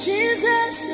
Jesus